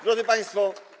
Drodzy Państwo!